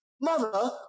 Mother